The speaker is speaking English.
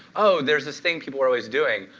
oh, there's this thing people are always doing,